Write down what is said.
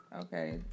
Okay